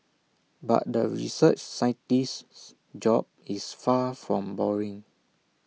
but the research scientist's job is far from boring